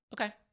Okay